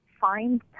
find